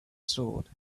sword